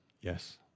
Yes